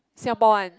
Singapore one